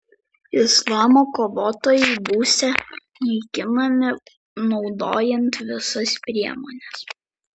islamo kovotojai būsią naikinami naudojant visas priemones